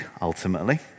ultimately